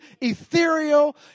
ethereal